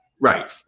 Right